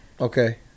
Okay